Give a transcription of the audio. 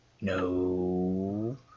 no